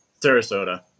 Sarasota